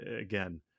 again